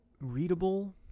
readable